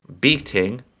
beating